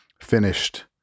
finished